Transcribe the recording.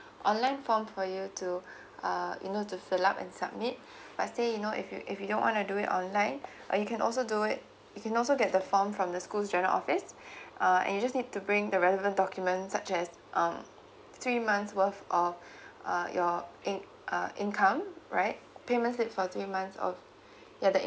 online form for you to uh you know to fill up and submit but let's say you know if you if you don't want to do it online uh you can also do it you can also get the form from the school's general office uh and you just need to bring the relevant document such as um three months worth of uh your in~ uh income right payment slip for three months of yeah the